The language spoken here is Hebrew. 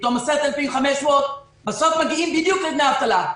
פתאום 10,500. בסוף מגיעים בדיוק לדמי אבטלה,